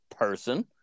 person